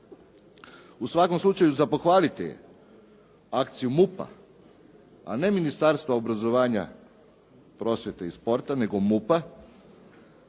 U svakom slučaju za pohvaliti je akciju MUP-a, a ne Ministarstva obrazovanja, prosvjete i sporta, nego MUP-a,